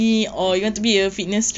okay